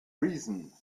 reason